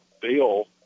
bill